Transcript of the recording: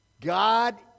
God